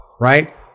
right